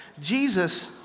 Jesus